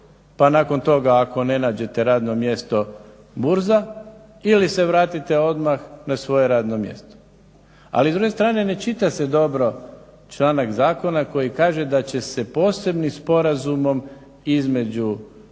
pa nakon toga ako ne nađete radno mjesto burza ili se vratite odmah na svoje radno mjesto. Ali s druge strane ne čita se dobro članak zakona koji kaže da će se posebnim sporazumom između